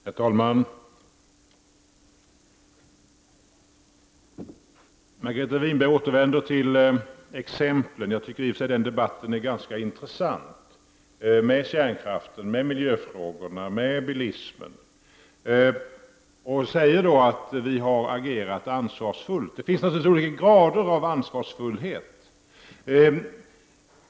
Herr talman! Margareta Winberg återvänder till exemplen. Jag tycker i och för sig att den debatten är ganska intressant: kärnkraften, miljöfrågorna, bilismen. Hon säger att vi har agerat ansvarsfullt. Det finns naturligtvis olika grader av ansvarsfullhet.